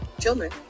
children